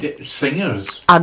Singers